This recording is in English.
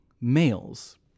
males